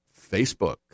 Facebook